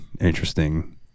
interesting